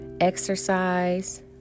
exercise